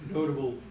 Notable